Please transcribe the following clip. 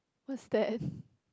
what's that